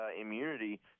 immunity